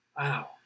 Wow